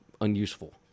unuseful